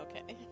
Okay